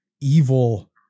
evil